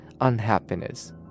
unhappiness